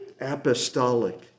apostolic